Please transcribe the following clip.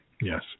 Yes